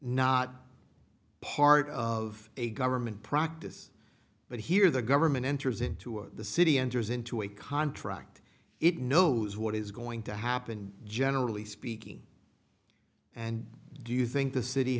not part of a government practice but here the government enters into the city enters into a contract it knows what is going to happen generally speaking and do you think the city